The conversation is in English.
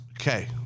Okay